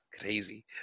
crazy